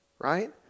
right